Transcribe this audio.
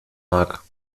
mag